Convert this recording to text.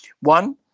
one –